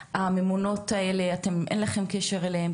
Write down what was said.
הממונות האלה אתם אין לכם קשר אליהן,